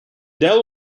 dell